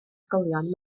ysgolion